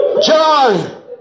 John